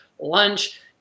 lunch